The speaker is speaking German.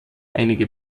einige